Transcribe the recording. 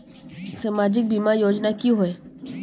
सामाजिक बीमा योजना की होय?